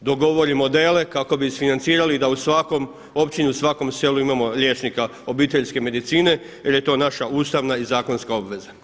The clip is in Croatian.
dogovori modele kako bi isfinancirali da u svakoj općini, u svakom selu imamo liječnika obiteljske medicine jer je to naša ustavna i zakonska obveza.